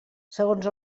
segons